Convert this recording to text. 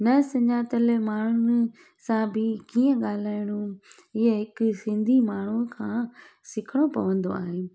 न सुञातल माण्हूं सां बि कीअं ॻाल्हाइणो इहो हिकु सिंधी माण्हुनि खां सिखणो पवंदो आहे